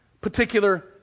particular